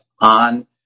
on